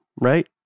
right